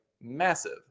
massive